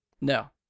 No